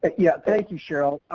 yeah, thank you cheryl,